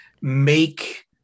make